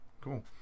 Cool